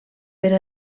per